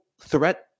threat